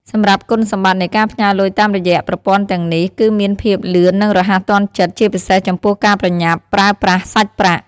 សម្រាប់គុណសម្បត្តិនៃការផ្ញើរលុយតាមរយៈប្រព័ន្ធទាំងនេះ គឺមានភាពលឿននិងរហ័សទាន់ចិត្ត ជាពិសេសចំពោះការប្រញាប់ប្រើប្រាស់សាច់ប្រាក់។